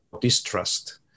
distrust